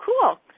cool